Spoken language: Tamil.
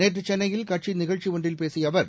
நேற்றுசென்னையில் கட்சிநிகழ்ச்சிஒன்றில் பேசியஅவர்